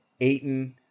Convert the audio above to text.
Aiton